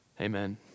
Amen